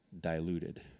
diluted